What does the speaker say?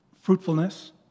fruitfulness